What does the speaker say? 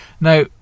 Now